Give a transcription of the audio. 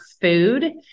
food